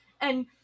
and-